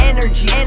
Energy